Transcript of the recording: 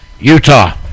Utah